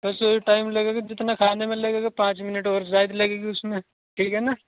بس ٹائم لگے گا جتنا کھانے میں لگے گا پانچ منٹ اور زائد لگے گی اس میں ٹھیک ہے نا